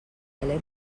valer